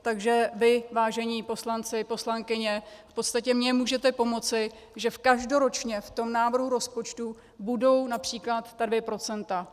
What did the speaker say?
Takže vy, vážení poslanci, poslankyně, v podstatě mně můžete pomoci, že každoročně v tom návrhu rozpočtu budou například ta 2 %.